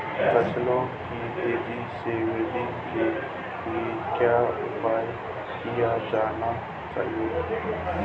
फसलों की तेज़ी से वृद्धि के लिए क्या उपाय किए जाने चाहिए?